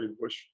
Bush